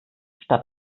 statt